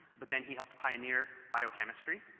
but then he helped pioneer biochemistry.